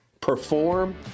perform